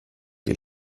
die